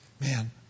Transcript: Man